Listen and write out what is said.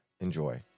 enjoy